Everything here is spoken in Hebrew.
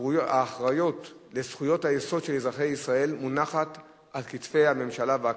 האחריות לזכויות היסוד של אזרחי ישראל מונחת על כתפי הממשלה והכנסת,